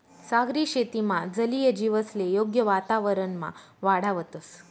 सागरी शेतीमा जलीय जीवसले योग्य वातावरणमा वाढावतंस